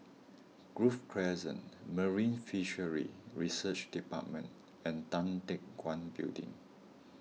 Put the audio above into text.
Grove Crescent Marine Fisheries Research Department and Tan Teck Guan Building